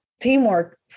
teamwork